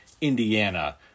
Indiana